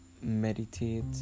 Meditate